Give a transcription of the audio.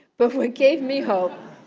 but what gave me hope